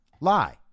lie